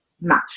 match